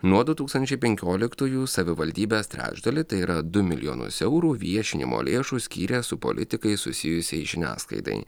nuo du tūkstančiai penkioliktųjų savivaldybės trečdalį tai yra du milijonus eurų viešinimo lėšų skyrė su politikais susijusiai žiniasklaidai